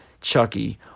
Chucky